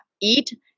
eat